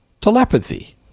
telepathy